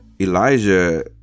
Elijah